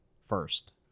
first